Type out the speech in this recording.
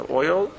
oil